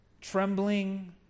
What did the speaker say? trembling